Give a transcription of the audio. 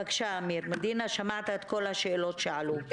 בבקשה, אמיר מדינה, שמעת את כל השאלות שעלו ואת